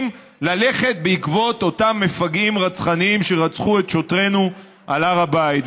ללכת בעקבות אותם מפגעים רצחניים שרצחו את שוטרינו על הר בית.